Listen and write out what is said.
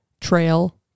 trail